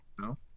no